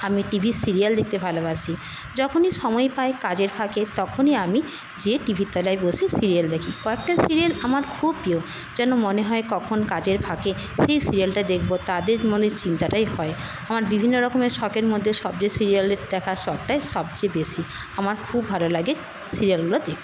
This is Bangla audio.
আমি টিভি সিরিয়াল দেখতে ভালোবাসি যখনই সময় পাই কাজের ফাঁকে তখনই আমি যেয়ে টিভির তলায় বসি সিরিয়াল দেখি কয়েকটা সিরিয়াল আমার খুব প্রিয় যেন মনে হয় কখন কাজের ফাঁকে সেই সিরিয়ালটা দেখবো তাদের মনে চিন্তাটাই হয় আমার বিভিন্ন রকমের শখের মধ্যে সবচেয়ে সিরিয়াল দেখার শখটাই সবচেয়ে বেশী আমার খুব ভালো লাগে সিরিয়ালগুলো দেখতে